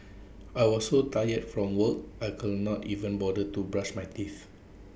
A smile can often lift up A weary spirit